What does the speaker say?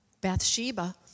Bathsheba